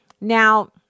Now